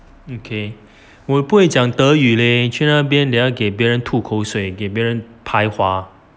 okay 我不会讲德语勒去那边等一下给别人吐水给别人排华